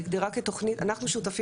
אנחנו,